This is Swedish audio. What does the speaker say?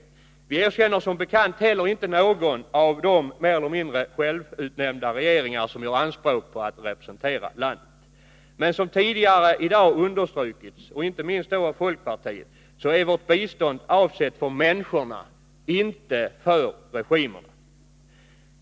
Vi erkänner som bekant heller inte någon av de mer eller mindre självutnämnda regeringar som gör anspråk på att representera landet. Men som tidigare i dag understrukits, inte minst av folkpartiet, är vårt bistånd avsett för människorna och inte för regimerna.